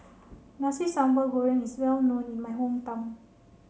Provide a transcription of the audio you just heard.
Nasi Sambal Goreng is well known in my hometown